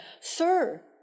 Sir